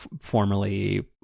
formerly